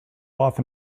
often